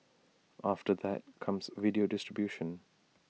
after that comes video distribution